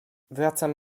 wracam